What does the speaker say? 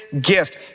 gift